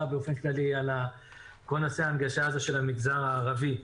באופן כללי על כל נושא ההנגשה של המגזר הערבי.